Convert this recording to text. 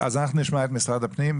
נשמע את משרד הפנים.